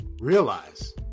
realize